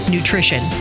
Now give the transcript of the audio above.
Nutrition